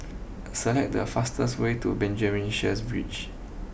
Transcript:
select the fastest way to Benjamin Sheares Bridge